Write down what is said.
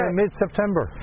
mid-September